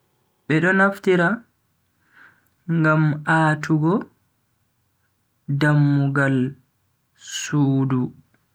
Be do naftira ngam a'tugo dammugal sudu.